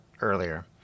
earlier